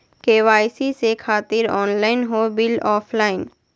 KYC से खातिर online हो बिल ऑफलाइन?